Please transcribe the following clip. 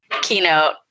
keynote